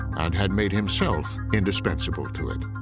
and had made himself indispensable to it.